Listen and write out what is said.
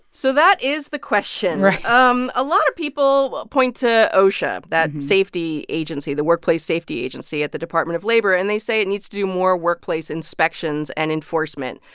so that is the question right um a lot of people point to osha, that safety agency the workplace safety agency at the department of labor, and they say it needs to do more workplace inspections and enforcement.